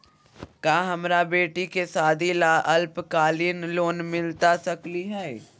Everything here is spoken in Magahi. का हमरा बेटी के सादी ला अल्पकालिक लोन मिलता सकली हई?